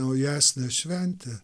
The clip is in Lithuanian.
naujesnė šventė